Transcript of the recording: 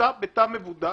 נמצא בתא מבודד,